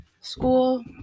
school